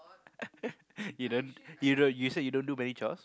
you don't you don't you said you don't do many chores